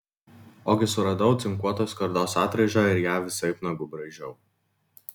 ogi suradau cinkuotos skardos atraižą ir ją visaip nagu braižiau